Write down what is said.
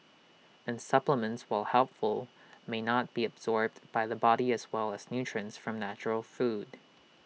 and supplements while helpful may not be absorbed by the body as well as nutrients from natural food